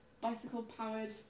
bicycle-powered